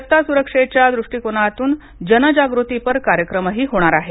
रस्ता सुरक्षेच्या दृष्टिकोनातून जनजागृतीपर कार्यक्रमही होणार आहेत